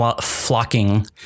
flocking